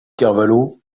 carvalho